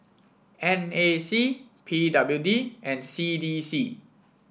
N A C P W D and C D C